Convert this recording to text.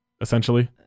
essentially